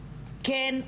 כן,